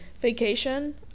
Vacation